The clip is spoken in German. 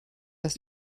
das